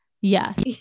Yes